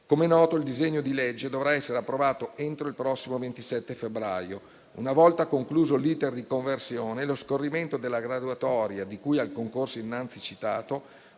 Come noto, il disegno di legge dovrà essere approvato entro il prossimo 27 febbraio: una volta concluso l'*iter* di conversione, lo scorrimento della graduatoria di cui al concorso innanzi citato